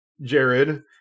Jared